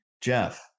Jeff